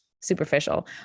superficial